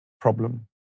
problem